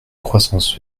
croissance